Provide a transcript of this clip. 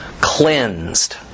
cleansed